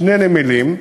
שני נמלים,